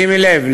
שימי לב,